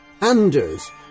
Anders